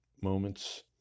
moments